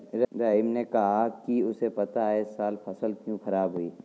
रहीम ने कहा कि उसे पता है इस साल फसल क्यों खराब हुई